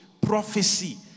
prophecy